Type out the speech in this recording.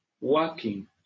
working